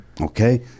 okay